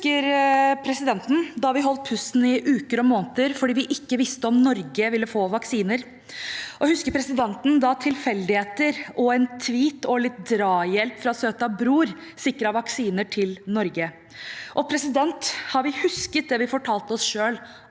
Husker presi- denten da vi holdt pusten i uker og måneder fordi vi ikke visste om Norge ville få vaksiner? Husker presidenten da tilfeldigheter, en tweet og litt drahjelp fra «søta bror» sikret vaksiner til Norge? Husker vi det vi fortalte oss selv?